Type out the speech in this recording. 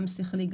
גם שכלי,